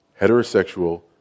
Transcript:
heterosexual